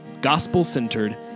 gospel-centered